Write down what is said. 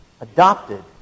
adopted